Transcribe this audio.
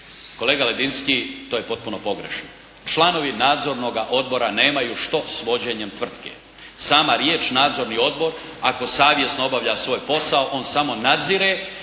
Kolega Ledinski to je potpuno pogrešno. Članovi nadzornoga odbora nemaju što s vođenjem tvrtke. Sama riječ: "nadzorni odbor" ako savjesno obavlja svoj posao on samo nadzire